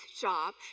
job